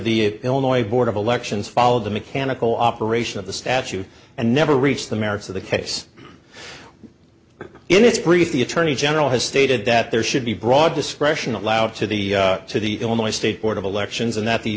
the illinois board of elections followed the mechanical operation of the statute and never reached the merits of the case in its brief the attorney general has stated that there should be broad discretion allowed to the to the illinois state board of elections and that the